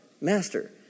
Master